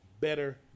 better